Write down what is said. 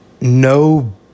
No